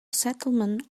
settlement